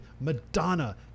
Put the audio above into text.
Madonna